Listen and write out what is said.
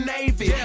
Navy